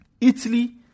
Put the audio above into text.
Italy